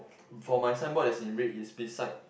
for my sign board that's in red is beside